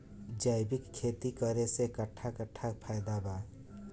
जैविक खेती करे से कट्ठा कट्ठा फायदा बा?